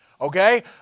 okay